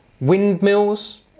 windmills